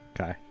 Okay